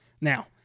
Now